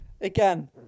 Again